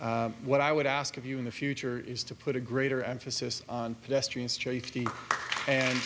what i would ask of you in the future is to put a greater emphasis on